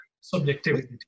Subjectivity